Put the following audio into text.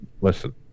Listen